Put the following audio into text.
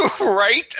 Right